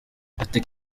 ati